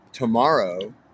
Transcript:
tomorrow